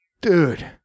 dude